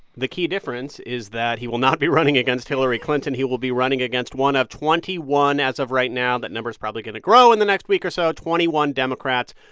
the key difference is that he will not be running against hillary clinton. he will be running against one of twenty one, as of right now. that number's probably going to grow in the next week or so twenty one democrats.